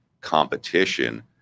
competition